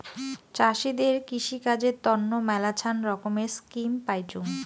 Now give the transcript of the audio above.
চাষীদের কৃষিকাজের তন্ন মেলাছান রকমের স্কিম পাইচুঙ